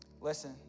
Listen